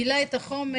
מילא את החומר,